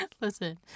Listen